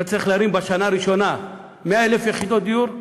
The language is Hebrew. אתה צריך להרים בשנה הראשונה 100,000 יחידות דיור,